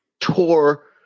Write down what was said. tore